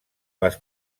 les